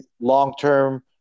long-term